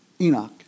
Enoch